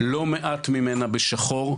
לא מעט ממנה בשחור.